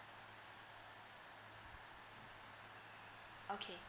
okay